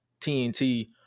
tnt